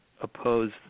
oppose